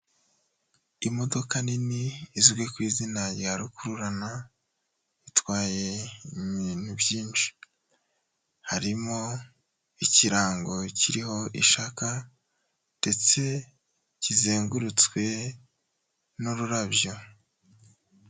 Imodoka nini izwi ku izina rya rukururana, itwaye ibintu byinshi harimo ikirango kiriho ishaka ndetse kizengurutswe n'ururabyo.